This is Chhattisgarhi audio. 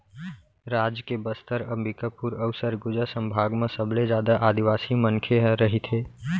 राज के बस्तर, अंबिकापुर अउ सरगुजा संभाग म सबले जादा आदिवासी मनखे ह रहिथे